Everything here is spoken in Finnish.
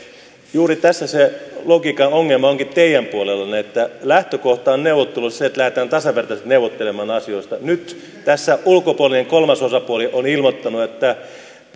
juuri tässä se logiikan ongelma onkin teidän puolellanne lähtökohta on on neuvotteluissa se että lähdetään tasavertaisesti neuvottelemaan asioista nyt tässä ulkopuolinen kolmas osapuoli on ilmoittanut että